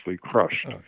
crushed